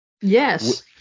Yes